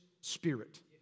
spirit